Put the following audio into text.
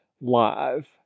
live